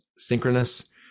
synchronous